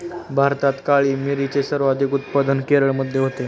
भारतात काळी मिरीचे सर्वाधिक उत्पादन केरळमध्ये होते